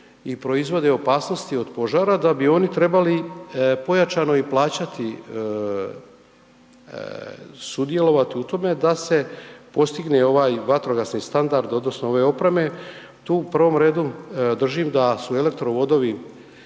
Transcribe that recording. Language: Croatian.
i proizvode opasnosti od požara da bi oni trebali pojačano i plaćati, sudjelovati u tome da se postigne ovaj vatrogasni standard odnosno ove opreme. Tu u prvom redu držim da su elektrovodovi